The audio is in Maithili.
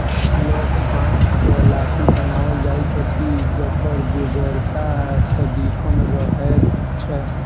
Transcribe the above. लठबाँस सॅ लाठी बनाओल जाइत अछि जकर बेगरता सदिखन रहैत छै